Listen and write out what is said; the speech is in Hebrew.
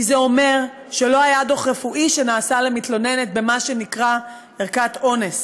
כי זה אומר שלא היה דוח רפואי שנעשה למתלוננת מה שנקרא "ערכת אונס".